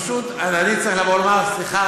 אז פשוט אני צריך לבוא ולומר: סליחה,